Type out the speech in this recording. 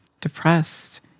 depressed